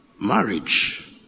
marriage